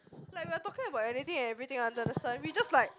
like we are talking about anything and everything under the sun we just like